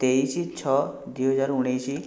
ତେଇଶ ଛଅ ଦୁଇହଜାର ଉଣେଇଶ